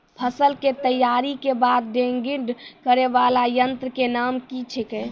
फसल के तैयारी के बाद ग्रेडिंग करै वाला यंत्र के नाम की छेकै?